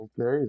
okay